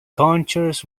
contours